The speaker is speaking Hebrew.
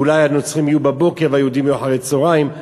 ואולי הנוצרים יהיו בבוקר ויהודים אחרי-הצהריים,